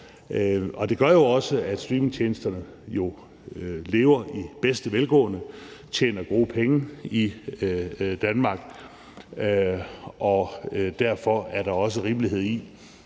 det gør jo også, at streamingtjenesterne lever i bedste velgående, og at de tjener gode penge i Danmark. Derfor er der også en rimelighed i,